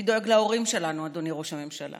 מי דואג להורים שלנו, אדוני ראש הממשלה?